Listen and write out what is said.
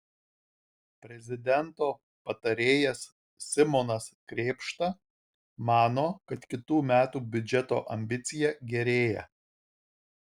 prezidento patarėjas simonas krėpšta mano kad kitų metų biudžeto ambicija gerėja